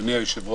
אדוני היושב ראש,